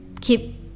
keep